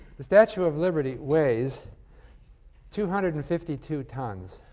the statue of liberty weighs two hundred and fifty two tons.